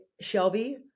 Shelby